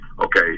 okay